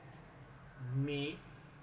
may